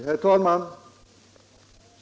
Herr talman!